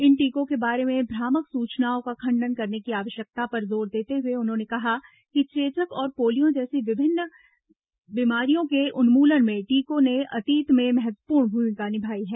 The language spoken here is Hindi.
इन टीकों के बारे में भ्रामक सूचनाओं का खंडन करने की आवश्यकता पर जोर देते हुए उन्होंने कहा कि चेचक और पोलियो जैसी विभिन्न बीमारियों के उन्मूलन में टीकों ने अतीत में महत्वपूर्ण भूमिका निभाई है